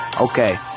Okay